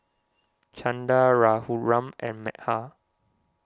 Chanda Raghuram and Medha